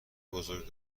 بزرگ